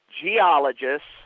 geologists